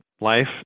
life